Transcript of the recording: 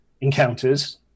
encounters